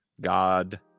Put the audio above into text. God